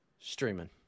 streaming